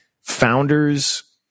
founders